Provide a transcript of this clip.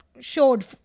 showed